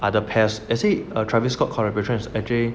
other pairs actually err travis scott collaborate was actually